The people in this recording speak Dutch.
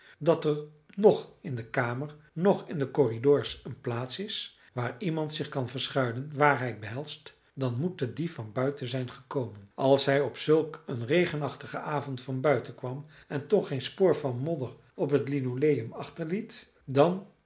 dat er noch in de kamer noch in de corridors een plaats is waar iemand zich kan verschuilen waarheid behelst dan moet de dief van buiten zijn gekomen als hij op zulk een regenachtigen avond van buiten kwam en toch geen spoor van modder op het linoleum achterliet dan